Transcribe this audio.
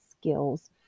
skills